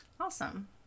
Awesome